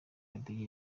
badege